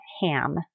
Ham